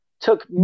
took